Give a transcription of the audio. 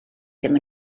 ddim